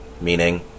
meaning